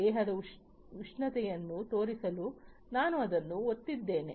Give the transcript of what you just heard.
ದೇಹದ ಉಷ್ಣತೆಯನ್ನು ತೋರಿಸಲು ನಾನು ಅದನ್ನು ಒತ್ತಿದ್ದೇನೆ